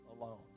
alone